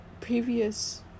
previous